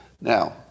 Now